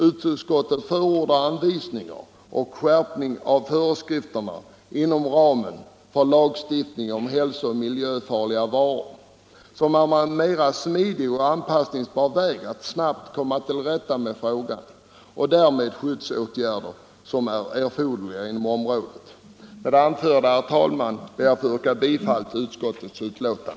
Utskottet förordar anvisningar och en skärpning av föreskrifterna inom ramen för lagstiftningen om hälsooch miljöfarliga varor, vilket är en mera smidig och anpassningsbar väg för att snabbt komma till rätta med frågan och åstadkomma de skyddsåtgärder som är erforderliga. Med det anförda, herr talman, ber jag att få yrka bifall till utskottets hemställan.